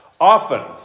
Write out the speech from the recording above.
often